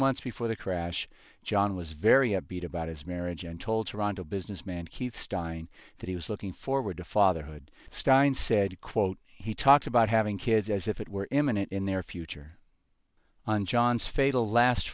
months before the crash john was very upbeat about his marriage and told rhonda businessman keith stein that he was looking forward to fatherhood stein said quote he talked about having kids as if it were imminent in their future on john's fatal last